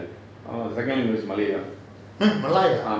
oh second language is malay ah